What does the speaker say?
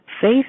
faith